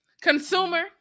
consumer